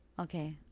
Okay